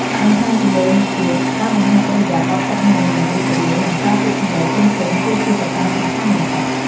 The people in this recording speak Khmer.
បន្ថែមពីលើនេះទៀតការបង្ហាញឥរិយាបថទឹកមុខញញឹមរីករាយ និងប្រើពាក្យសម្តីទន់ភ្លន់គឺជាកត្តាសំខាន់បំផុត។